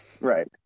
right